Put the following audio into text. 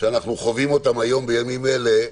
שאנחנו חווים אותן היום, בימים אלה,